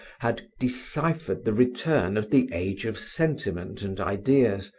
had deciphered the return of the age of sentiment and ideas,